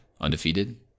Undefeated